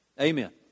amen